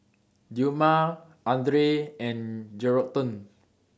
Dilmah Andre and Geraldton